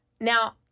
Now